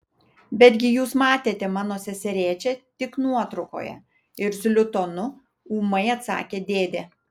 betgi jūs matėte mano seserėčią tik nuotraukoje irzliu tonu ūmai atsakė dėdė